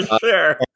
sure